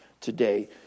today